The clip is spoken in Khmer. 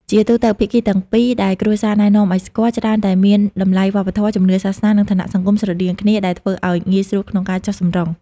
ជាទូទៅ ភាគីទាំងពីរដែលគ្រួសារណែនាំឱ្យស្គាល់ ច្រើនតែមានតម្លៃវប្បធម៌ ជំនឿសាសនា និងឋានៈសង្គមស្រដៀងគ្នា ដែលធ្វើឱ្យងាយស្រួលក្នុងការចុះសម្រុង។